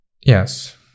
yes